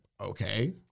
okay